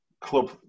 club